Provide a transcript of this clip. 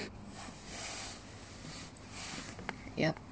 yup